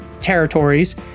territories